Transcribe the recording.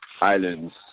Islands